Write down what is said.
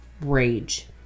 Rage